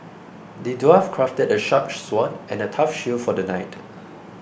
the dwarf crafted a sharp sword and a tough shield for the knight